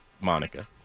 Monica